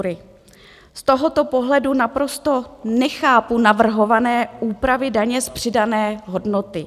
Z tohoto pohledu naprosto nechápu navrhované úpravy daně z přidané hodnoty.